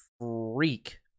freak